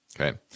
Okay